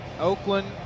Oakland